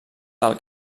del